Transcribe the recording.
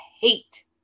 hate